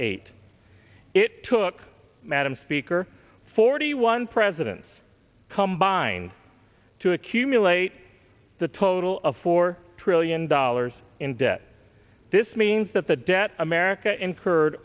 eight it took madam speaker forty one presidents combined to accumulate the total of four trillion dollars in debt this means that the debt america incurred